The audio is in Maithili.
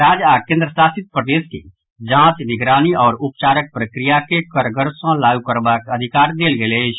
राज्य आओर केन्द्र शासित प्रदेश के जांच निगरानी आओर उपचारक प्रक्रिया के कड़गर सॅ लागू करबाक अधिकार देल गेल अछि